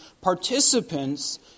participants